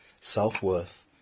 self-worth